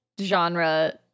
genre